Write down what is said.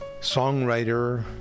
songwriter